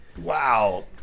Wow